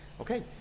Okay